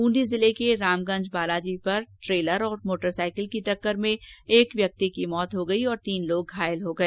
बूंदी जिले के रामगंज बालाजी पर ट्रेलर और मोटरसाइकिल की टक्कर में एक व्यक्ति की मौत हो गयी और तीन लोग घायल हो गए